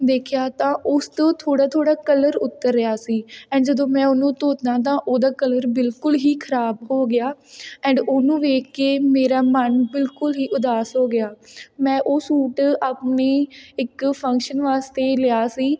ਦੇਖਿਆ ਤਾ ਉਸ ਤੋਂ ਥੋੜ੍ਹਾ ਥੋੜ੍ਹਾ ਕਲਰ ਉਤਰ ਰਿਹਾ ਸੀ ਐਂਡ ਜਦੋਂ ਮੈਂ ਉਹਨੂੰ ਧੋਤਾ ਤਾਂ ਉਹਦਾ ਕਲਰ ਬਿਲਕੁਲ ਹੀ ਖ਼ਰਾਬ ਹੋ ਗਿਆ ਐਂਡ ਉਹਨੂੰ ਦੇਖ ਕੇ ਮੇਰਾ ਮਨ ਬਿਲਕੁਲ ਹੀ ਉਦਾਸ ਹੋ ਗਿਆ ਮੈਂ ਉਹ ਸੂਟ ਆਪਣੀ ਇੱਕ ਫੰਕਸ਼ਨ ਵਾਸਤੇ ਲਿਆ ਸੀ